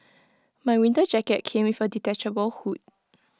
my winter jacket came with A detachable hood